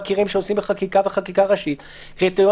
וגם לא להוסיף חנות או שתיים בשביל לרצות